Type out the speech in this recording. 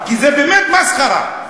כי זו באמת מסחרה.